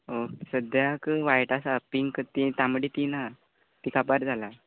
सद्द्याक वायट आसा पींक तीं तांबडी तीं ना तीं काबार जाला